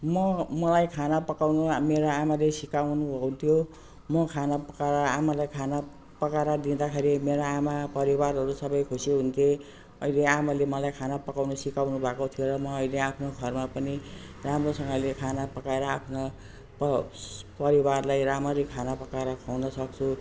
म मलाई खाना पकाउनु मेरो आमाले सिकाउनु हुन्थ्यो मो खाना पकाएर आमालाई खाना पकाएर दिँदाखेरि मेरो आमा परिवारहरू सबै खुसी हुन्थे अहिले आमाले मलाई खाना पकाउनु सिकाउनु भएको थियो र म अहिले आफ्नो घरमा पनि राम्रोसँगले खाना पकाएर आफ्ना प परिवारलाई राम्ररी खाना पकाएर ख्वाउन सक्छु